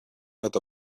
not